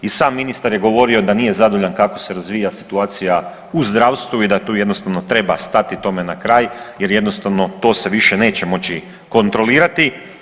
I sam ministar je govorio da nije zadovoljan kako se razvija situacija u zdravstvu i da tu jednostavno treba stati tome na kraj jer jednostavno to se više neće moći kontrolirati.